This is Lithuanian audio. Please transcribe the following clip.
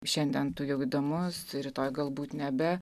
šiandien tu jau įdomus rytoj galbūt nebe